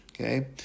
okay